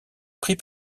prit